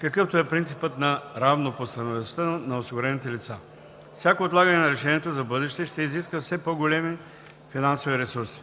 какъвто е принципът на равнопоставеността на осигурените лица. Всяко отлагане на решението за в бъдеще ще изисква все по-големи финансови ресурси.